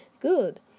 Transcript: Good